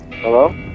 Hello